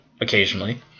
occasionally